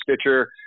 Stitcher